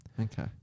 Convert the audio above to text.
Okay